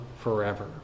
forever